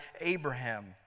Abraham